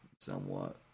somewhat